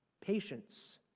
Patience